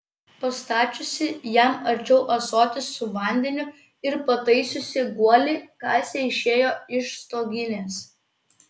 pastačiusi jam arčiau ąsotį su vandeniu ir pataisiusi guolį kasė išėjo iš stoginės